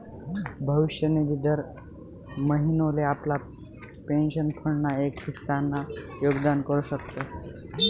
भविष्य निधी दर महिनोले आपला पेंशन फंड ना एक हिस्सा ना योगदान करू शकतस